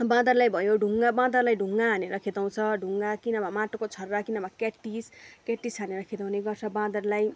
बाँदरलाई भयो ढुङ्गा बाँदरलाई ढुङ्गा हानेर खेदाउँछ ढुङ्गा कि नभए माटोको छर्रा कि नभए क्याटिस क्याटिस हानेर खेदाउने गर्छ बाँदरलाई